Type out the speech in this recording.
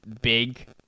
big